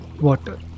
water